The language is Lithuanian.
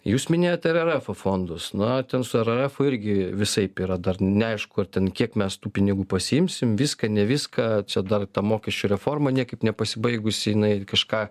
jūs minėjote rrfo fondus na ten su rrfu irgi visaip yra dar neaišku ar ten kiek mes tų pinigų pasiimsim viską ne viską čia dar ta mokesčių reforma niekaip nepasibaigusi jinai kažką